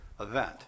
event